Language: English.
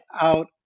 out